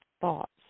thoughts